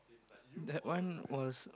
that one was